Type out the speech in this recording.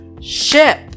ship